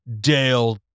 Dale